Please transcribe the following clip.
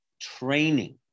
training